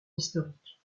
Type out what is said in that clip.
historiques